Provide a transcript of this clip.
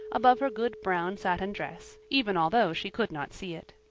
above her good brown satin dress, even although she could not see it.